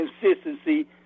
consistency